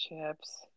chips